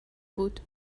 بود